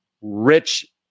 rich